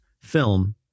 film